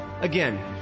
Again